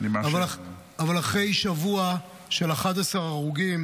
אבל אחרי שבוע של 11 הרוגים